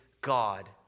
God